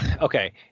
okay